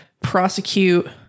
prosecute